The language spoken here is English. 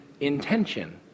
intention